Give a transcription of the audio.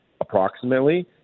approximately